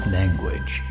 language